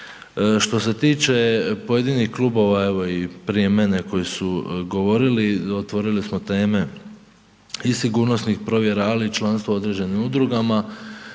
Što se tiče pojedinih klubova, evo i prije mene koji su govorili, otvorili smo teme i sigurnosnih provjera, ali i članstva u određenim udrugama,